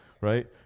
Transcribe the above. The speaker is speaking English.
right